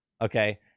okay